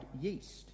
yeast